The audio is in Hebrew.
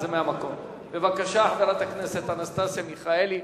בבקשה, חברת הכנסת אנסטסיה מיכאלי.